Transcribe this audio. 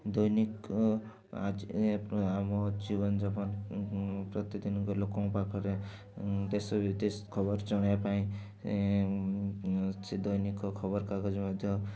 ଦୈନିକ ଆମ ଜୀବନଯାପନ ପ୍ରତିଦିନ ଲୋକଙ୍କ ପାଖରେ ଦେଶ ବିଦେଶ ଖବର ଜଣାଇବା ପାଇଁ ସେ ଦୈନିକ ଖବରକାଗଜ ମଧ୍ୟ